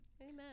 Amen